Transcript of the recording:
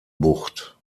bucht